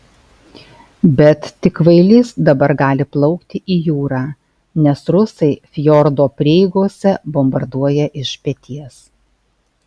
bet tik kvailys dabar gali plaukti į jūrą nes rusai fjordo prieigose bombarduoja iš peties